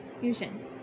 fusion